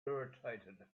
irritated